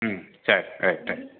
ம் சரி right right